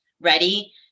ready